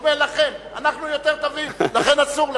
הוא אומר לכם: אנחנו יותר טובים, לכן אסור לנו.